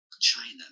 China